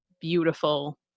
beautiful